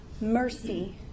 mercy